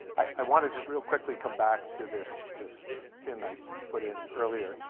i want to just real quickly come back to this this pen i put in earlier,